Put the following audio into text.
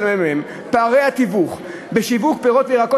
של הממ"מ: פערי התיווך בשיווק פירות וירקות